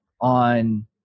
on